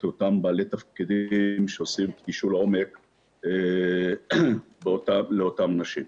אותם בעלי תפקידים שעושים תשאול לעומק לאותן נשים.